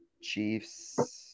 Chiefs